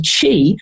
chi